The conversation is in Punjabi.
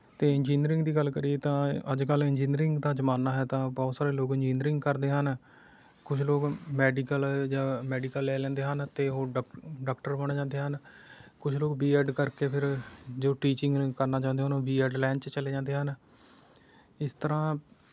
ਅਤੇ ਇੰਜੀਨੀਅਰਿੰਗ ਦੀ ਗੱਲ ਕਰੀਏ ਤਾਂ ਅੱਜ ਕੱਲ੍ਹ ਇੰਜੀਨੀਅਰਿੰਗ ਦਾ ਜ਼ਮਾਨਾ ਹੈ ਤਾਂ ਬਹੁਤ ਸਾਰੇ ਲੋਕ ਇੰਜੀਨੀਅਰਿੰਗ ਕਰਦੇ ਹਨ ਕੁਝ ਲੋਕ ਮੈਡੀਕਲ ਜਾਂ ਮੈਡੀਕਲ ਲੈ ਲੈਂਦੇ ਹਨ ਅਤੇ ਉਹ ਡਕ ਡਾਕਟਰ ਬਣ ਜਾਂਦੇ ਹਨ ਕੁਝ ਲੋਕ ਬੀ ਐੱਡ ਕਰਕੇ ਫਿਰ ਜੋ ਟੀਚਿੰਗ ਕਰਨਾ ਚਾਹੁੰਦੇ ਹਨ ਉਨ੍ਹਾਂ ਨੂੰ ਬੀ ਐੱਡ ਲਾਇਨ 'ਚ ਚਲੇ ਜਾਂਦੇ ਹਨ ਇਸ ਤਰ੍ਹਾਂ